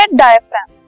diaphragm